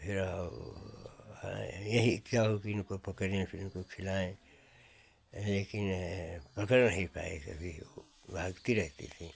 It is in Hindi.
फिर हम यही इच्छा होती थी कि पकड़ें फिर इनको खिलाएँ और लेकिन पकड़ नहीं पाए हम कभी उसको भागती रहती थी